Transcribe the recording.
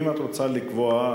אם את רוצה לקבוע,